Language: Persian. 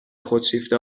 خودشیفته